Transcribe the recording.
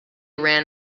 ran